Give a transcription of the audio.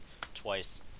twice